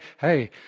Hey